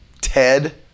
Ted